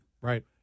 Right